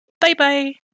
Bye-bye